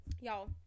Y'all